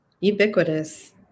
ubiquitous